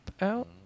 out